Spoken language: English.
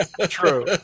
True